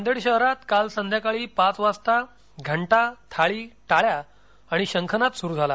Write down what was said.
नांदेड शहरात काल संध्याकाळी पाच वाजता घंटा थाळी टाळ्या आणि शंखनाद सुरू झाला